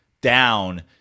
down